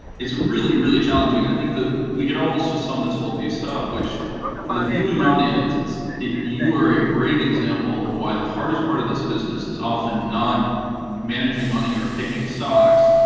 it's really, really challenging. and i think that we could almost just sum this whole piece up, which for the viewing audience, you are a great example of why the hardest part of this business is often not managing money or picking stocks,